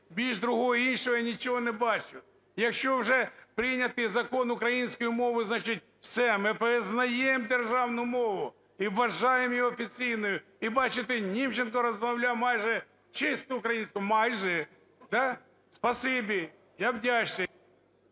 іншого я нічого не бачу. Якщо вже прийнятий закон українською мовою, значить все, ми визнаємо державну мову і вважаємо її офіційною. І, бачите, Німченко розмовляє майже чистою українською, майже. Да? Спасибі. Я вдячний…